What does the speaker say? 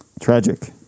Tragic